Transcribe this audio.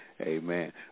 Amen